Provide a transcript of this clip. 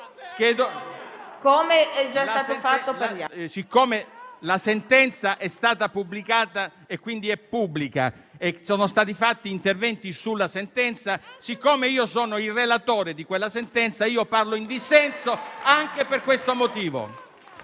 la sentenza è stata pubblicata e, quindi, è pubblica. Sono stati fatti interventi sulla sentenza e, siccome sono il relatore della sentenza, intervengo in dissenso anche per questo motivo.